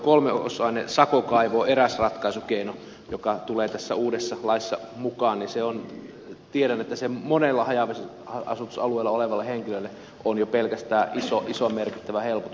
tuo kolmeosainen sakokaivo on eräs ratkaisukeino joka tulee tässä uudessa laissa mukaan ja tiedän että jo pelkästään se on monelle haja asutusalueella asuvalle henkilölle iso ja merkittävä helpotus